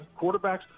quarterbacks